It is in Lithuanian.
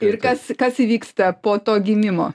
ir kas kas įvyksta po to gimimo